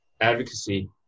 advocacy